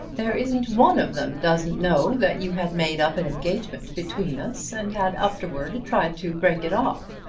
there isn't one of them doesn't know that you had made up an engagement between us and had afterwards tried to break it off.